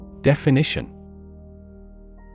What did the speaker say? Definition